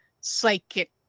psychic